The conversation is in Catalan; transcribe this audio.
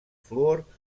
fluor